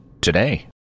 Today